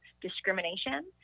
discrimination